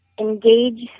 engage